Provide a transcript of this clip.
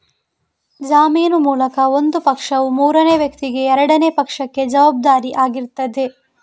ಜಾಮೀನು ಮೂಲಕ ಒಂದು ಪಕ್ಷವು ಮೂರನೇ ವ್ಯಕ್ತಿಗೆ ಎರಡನೇ ಪಕ್ಷಕ್ಕೆ ಜವಾಬ್ದಾರಿ ಆಗಿರ್ತದೆ